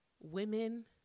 women